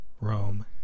Rome